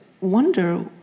wonder